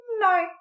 No